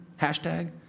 hashtag